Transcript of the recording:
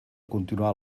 continuar